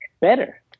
better